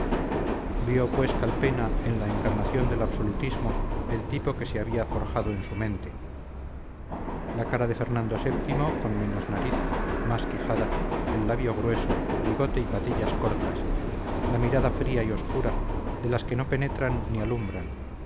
vio pues calpena en la encarnación del absolutismo el tipo que se había forjado en su mente la cara de fernando vii con menos nariz más quijada el labio grueso bigote y patillas cortas la mirada fría y obscura de las que no penetran ni alumbran